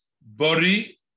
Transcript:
Bori